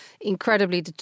incredibly